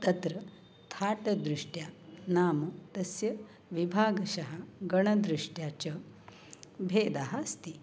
तत्र थाटदृष्ट्या नाम तस्य विभागशः गणदृष्ट्या च भेदः अस्ति